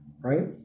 right